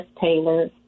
Taylor